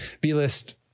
B-list